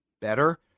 better